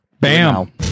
Bam